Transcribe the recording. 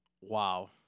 wow